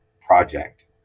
project